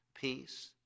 peace